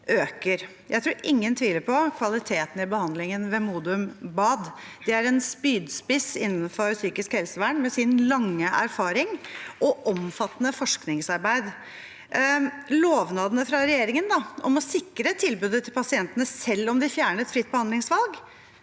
Jeg tror ingen tviler på kvaliteten i behandlingen ved Modum bad. Det er en spydspiss innenfor psykisk helsevern, med sin lange erfaring og sitt omfattende forskningsarbeid. Lovnadene fra regjeringen om å sikre tilbudet til pasientene selv om de fjernet fritt behandlingsvalg,